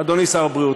אדוני שר הבריאות,